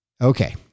Okay